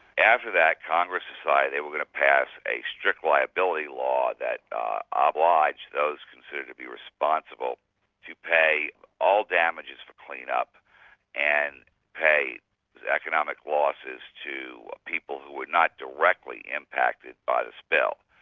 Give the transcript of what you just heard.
after that, congress decided they were going to pass a strict liability law that ah obliged those considered to be responsible to pay all damages for clean-up and pay economic losses to people who were not directly impacted by this bill.